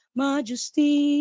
majesty